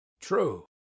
True